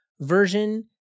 version